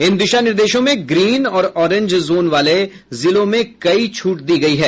इन दिशा निर्देशों में ग्रीन और ऑरेंज जोनों वाले जिलों में कई छूटें दी गई हैं